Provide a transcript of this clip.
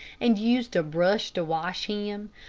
and used a brush to wash him,